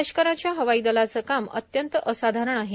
लष्कराच्या हवाई दलाच काम अत्यंत असाधारण आहे